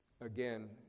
Again